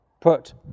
Put